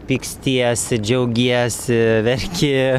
pykstiesi džiaugiesi verki